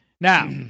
Now